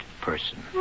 person